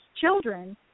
children